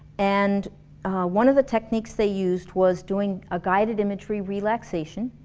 and one of the techniques they used was doing a guided imagery relaxation